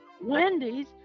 Wendy's